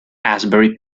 asbury